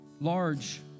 Large